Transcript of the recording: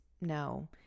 No